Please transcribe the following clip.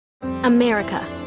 America